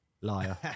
Liar